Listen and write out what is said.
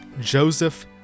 Joseph